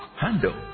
handle